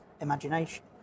imagination